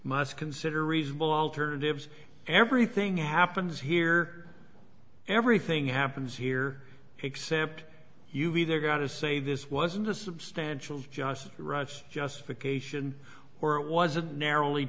must consider reasonable alternatives everything happens here everything happens here except you've either got to say this wasn't a substantial rush justification or it was a narrowly